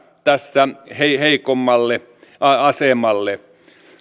tässä heikommalle asemalle